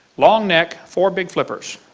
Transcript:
long neck, four big flippers.